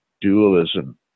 dualism